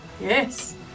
yes